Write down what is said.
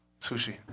Sushi